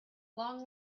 long